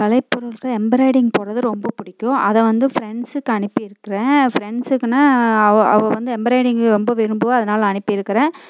கலை பொருட்களில் எம்ப்ராய்டிங் போடுறது ரொம்ப பிடிக்கும் அதை வந்து ஃப்ரெண்ட்ஸ்க்கு அனுப்பி இருக்கேன் ஃப்ரெண்ட்ஸ்க்குனா அவள் அவள் வந்து எம்ப்ராய்டிங் ரொம்ப விரும்புவாள் அதனால் நான் அனுப்பிருக்கிறன்